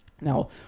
Now